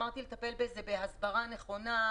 אמרתי לטפל בזה בהסברה נכונה,